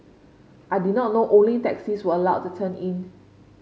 I did not know only taxis were allowed to turn in